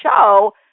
show